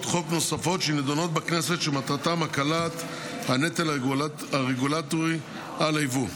חוק נוספות שנדונות בכנסת שמטרתן הקלת הנטל הרגולטורי על היבוא.